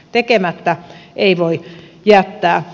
tekemättä ei voi jättää